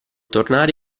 tornare